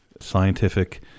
scientific